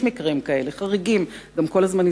נכון, יש מקרים כאלה, אבל הם חריגים ביותר.